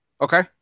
Okay